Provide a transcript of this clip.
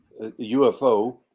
UFO